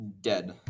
dead